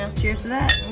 and cheers to that.